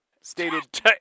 stated